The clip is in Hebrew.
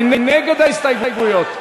מי נגד ההסתייגויות?